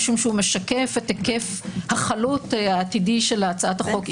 משום שהוא משקף את היקף החלות העתידי של הצעת החוק,